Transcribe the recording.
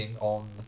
on